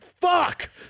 fuck